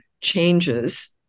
changes